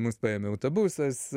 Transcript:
mus paėmė autobusas